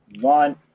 one